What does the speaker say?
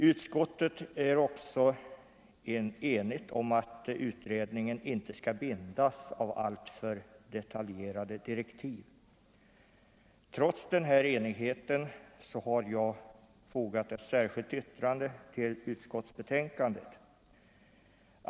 Utskottet är också enigt om att utredningen inte skall bindas av alltför detaljerade direktiv. Trots den här enigheten har jag fogat ett särskilt yttrande vid utskottsbetänkandet.